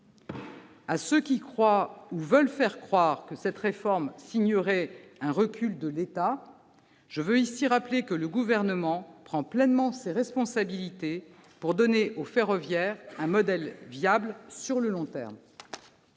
À ceux qui croient, ou veulent faire croire, que cette réforme signerait un recul de l'État, je veux ici rappeler que le Gouvernement prend pleinement ses responsabilités pour donner au ferroviaire un modèle viable sur le long terme.